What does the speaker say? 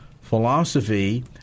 philosophy